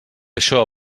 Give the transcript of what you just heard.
això